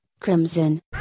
Crimson